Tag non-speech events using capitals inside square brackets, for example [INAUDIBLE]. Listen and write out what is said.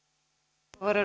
arvoisa [UNINTELLIGIBLE]